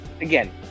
again